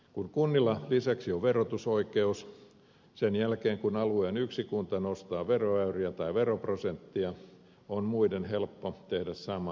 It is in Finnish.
kun kunnilla lisäksi on verotusoikeus sen jälkeen kun alueen yksi kunta nostaa veroäyriä tai veroprosenttia on muiden helppo tehdä sama liike